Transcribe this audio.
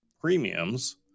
premiums